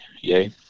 Yay